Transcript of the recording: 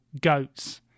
GOATS